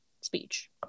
speech